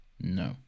No